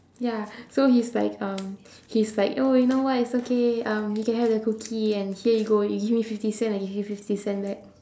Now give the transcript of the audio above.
ya so he's like um he's like oh you know what it's okay um you can have the cookie and here you go you give me fifty cent I give you fifty cent back